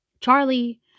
Charlie